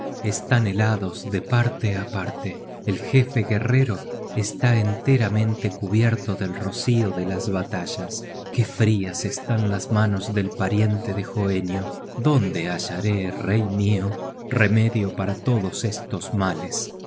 están helados de parte á parte el jefe guerrero está enteramente cubierto del rocio de las batallas qué frias están las manos del pariente de hoenio dónde hallaré rey mio remedio para todos estos males